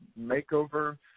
makeover